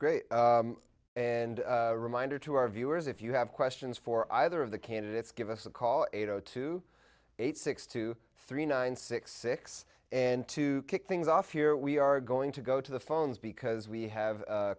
great and a reminder to our viewers if you have questions for either of the candidates give us a call at eight zero two eight six two three nine six six and to kick things off your we are going to go to the phones because we have